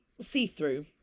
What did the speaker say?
see-through